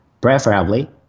preferably